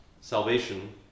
salvation